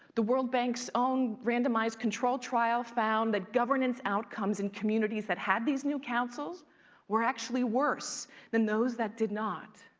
the world bank's own randomized control trial found that governance outcomes in communities that had these new councils were actually worse than those that did not.